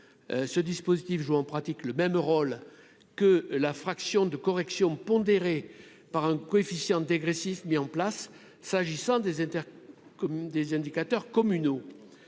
ce dispositif joue en pratique le même rôle que la fraction de correction pondéré par un coefficient dégressif mis en place, s'agissant des éthers comme